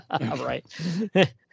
right